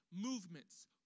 movements